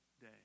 day